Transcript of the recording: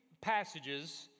passages